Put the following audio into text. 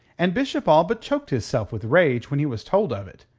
and bishop all but choked hisself with rage when he was told of it.